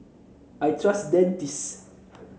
I trust Dentiste